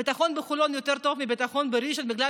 הביטחון בחולון יותר טוב מהביטחון בראשון בגלל